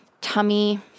tummy